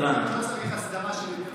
לכן לא צריך אסדרה של יותר משנה.